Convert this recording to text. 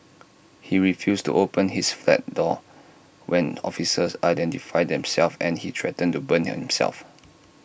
he refused to open his flat door when officers identified themselves and he threatened to burn himself